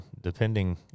depending